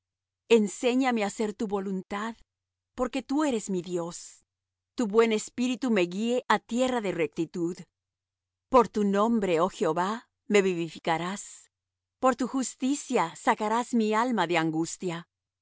enséñame á hacer tu voluntad porque tú eres mi dios tu buen espíritu me guíe á tierra de rectitud por tu nombre oh jehová me vivificarás por tu justicia sacarás mi alma de angustia